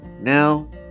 now